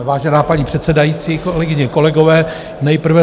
Vážená paní předsedající, kolegyně kolegové, nejprve...